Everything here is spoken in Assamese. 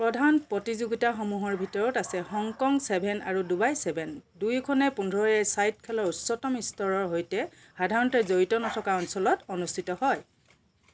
প্ৰধান প্ৰতিযোগিতাসমূহৰ ভিতৰত আছে হংকং ছেভেন আৰু ডুবাই ছেভেন দুয়োখনেই পোন্ধৰ এ ছাইড খেলৰ উচ্চতম স্তৰৰ সৈতে সাধাৰণতে জড়িত নথকা অঞ্চলত অনুষ্ঠিত হয়